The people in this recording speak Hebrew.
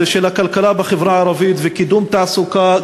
של הכלכלה בחברה הערבית וקידום תעסוקה,